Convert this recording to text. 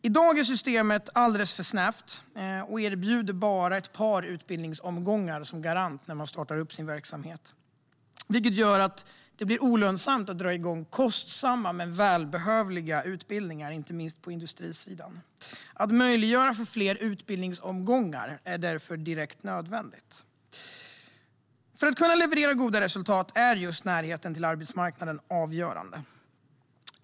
I dag är systemet alldeles för snävt och erbjuder bara ett par utbildningsomgångar som garanti när verksamheten startas upp. Detta gör det olönsamt att dra igång kostsamma men välbehövliga utbildningar, inte minst på industrisidan. Att möjliggöra fler utbildningsomgångar är därför direkt nödvändigt. För att kunna leverera goda resultat är närheten till arbetsmarknaden avgörande.